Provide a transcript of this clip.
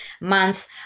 months